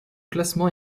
classement